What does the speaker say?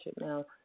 Now